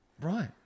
Right